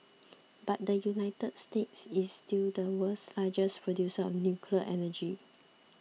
but the United States is still the world's largest producer of nuclear energy